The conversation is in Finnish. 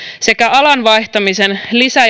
alan vaihtamisen lisä